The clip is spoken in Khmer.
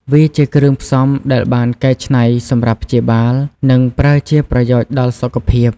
វាជាគ្រឿងផ្សំដែលបានកែច្នៃសម្រាប់ព្យាបាល និង ប្រើជាប្រយោជន៍ដល់សុខភាព